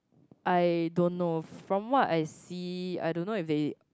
I don't know from what I see I don't know if they